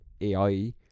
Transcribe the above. AI